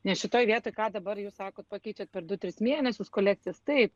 nes šitoj vietoj ką dabar jūs sakot pakeičiat per du tris mėnesius kolekcijas taip